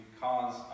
cause